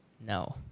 No